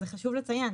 חשוב לציין.